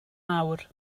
awr